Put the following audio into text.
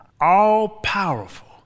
all-powerful